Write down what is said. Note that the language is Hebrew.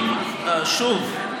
שוב,